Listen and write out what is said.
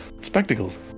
spectacles